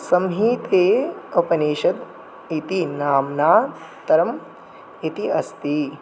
संहिते उपनिषद् इति नामान्तरम् इति अस्ति